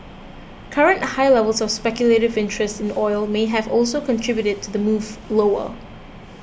current high levels of speculative interest in oil may have also contributed to the move lower